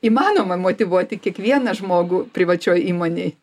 įmanoma motyvuoti kiekvieną žmogų privačioj įmonėj